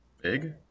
big